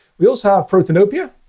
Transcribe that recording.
we also have protanopia.